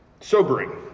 sobering